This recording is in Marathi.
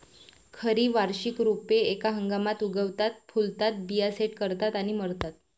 खरी वार्षिक रोपे एका हंगामात उगवतात, फुलतात, बिया सेट करतात आणि मरतात